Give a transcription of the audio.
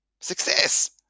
success